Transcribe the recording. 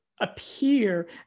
appear